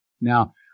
Now